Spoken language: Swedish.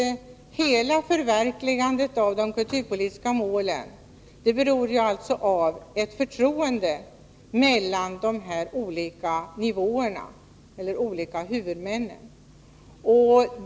Hela förverkligandet av de kulturpolitiska målen beror alltså av ett förtroende mellan de olika huvudmännen.